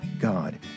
God